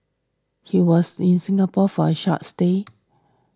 he was in Singapore for a short stay